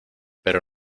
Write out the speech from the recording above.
pero